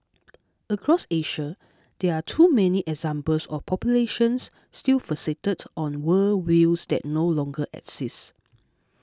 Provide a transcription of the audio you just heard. across Asia there are too many examples of populations still fixated on worldviews that no longer exist